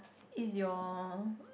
is your